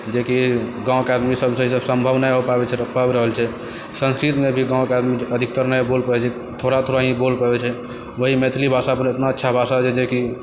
जेकि गाँवके आदमी सबसँ ई सम्भव नहि हो पाबि रहल छै संस्कृतमे भी गाँवके आदमी अधिकतर बोलऽ नहि पाबै छै थोड़ा थोड़ा ही बोलऽ पाबै छै वही मैथिली भाषा इतना अच्छा भाषा बोलै छै कि